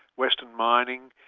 western mining,